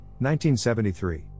1973